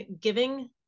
giving